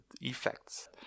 effects